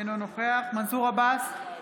אינו נוכח מנסור עבאס,